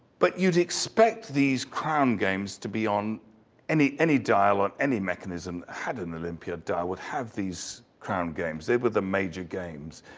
but you'd expect these crown games to be on any any dial, or any mechanism had an olympiad dial would have these crown games. they were the major games.